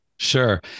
Sure